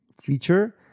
feature